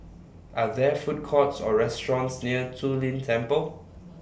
Are There Food Courts Or restaurants near Zu Lin Temple